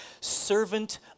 servant